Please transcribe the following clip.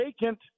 vacant